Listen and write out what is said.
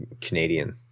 Canadian